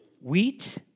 wheat